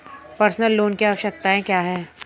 Personal loan की आवश्यकताएं क्या हैं?